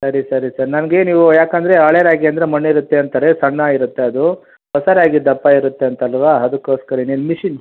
ಸರಿ ಸರಿ ಸರಿ ನಮಗೆ ನೀವು ಯಾಕಂದರೆ ಹಳೆ ರಾಗಿ ಅಂದರೆ ಮಣ್ಣಿರುತ್ತೆ ಅಂತಾರೆ ಸಣ್ಣ ಇರುತ್ತೆ ಅದು ಹೊಸ ರಾಗಿ ದಪ್ಪ ಇರುತ್ತೆ ಅಂತಲ್ವಾ ಅದಕ್ಕೋಸ್ಕರನೆ ಮಿಷಿನ್